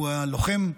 הוא היה לוחם,